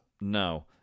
No